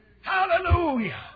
Hallelujah